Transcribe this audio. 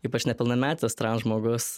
ypač nepilnametis transžmogus